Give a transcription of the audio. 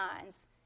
minds